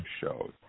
shows